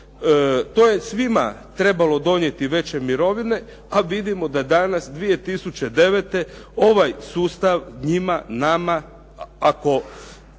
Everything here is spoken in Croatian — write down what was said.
To je svima trebalo donijeti veće mirovine a vidimo da danas 2009. ovaj sustav njima, nama ako